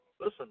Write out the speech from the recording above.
listen